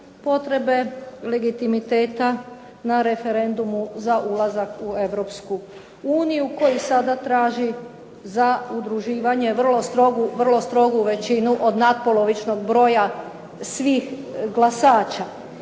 potrebe legitimiteta na referendumu za ulazak u Europsku uniju koji sada traži za udruživanje vrlo strogu većinu od natpolovičnog broja svih glasača.